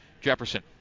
Jefferson